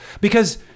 Because-